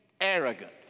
arrogant